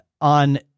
on